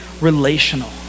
relational